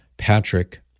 Patrick